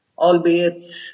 albeit